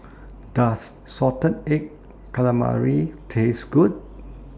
Does Salted Egg Calamari Taste Good